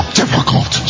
difficult